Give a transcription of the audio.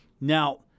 Now